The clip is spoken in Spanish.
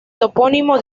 topónimo